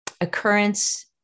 occurrence